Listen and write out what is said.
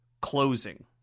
closing